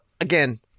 again